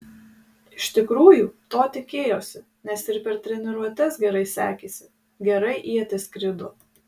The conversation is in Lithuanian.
iš tikrųjų to tikėjausi nes ir per treniruotes gerai sekėsi gerai ietis skrido